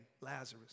Lazarus